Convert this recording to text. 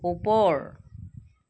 ওপৰ